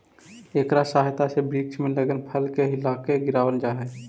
इकरा सहायता से वृक्ष में लगल फल के हिलाके गिरावाल जा हई